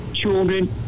Children